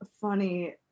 funny